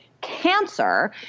cancer